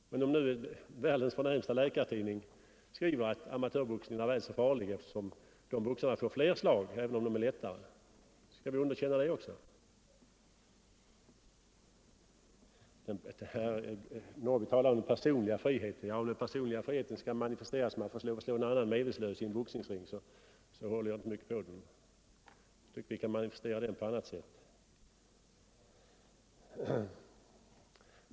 Men nu skriver världens förnämsta läkartidning att amatörboxningen är farlig eftersom amatörboxarna får fler slag, även om slagen är lättare. Skall vi underkänna det också? Herr Norrby talade om den personliga friheten. Ja, om den personliga friheten skall manifesteras så att man får slå en annan människa medvetslös i en boxningsring, då håller jag inte mycket på den. Jag tycker man kan manifestera den på annat sätt.